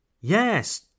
Yes